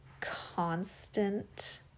constant